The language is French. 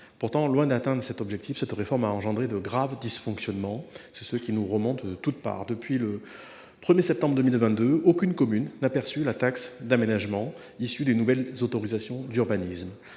Pourtant, loin d’atteindre cet objectif, cette réforme a entraîné de graves dysfonctionnements, qui nous sont remontés de toutes parts. Ainsi, depuis le 1 septembre 2022, aucune commune n’a perçu la taxe d’aménagement issue des nouvelles autorisations d’urbanisme.